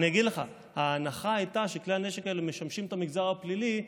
אגיד לך: ההנחה הייתה שכלי הנשק האלה משמשים את המגזר הפלילי,